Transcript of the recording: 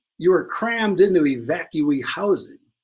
you were crammed into evacuee housing,